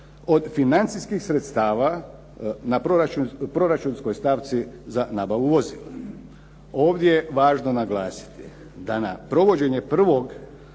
od financijskih sredstava na proračunskoj stavci za nabavu vozila. Ovdje je važno naglasiti da na provođenje prvog